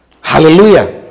Hallelujah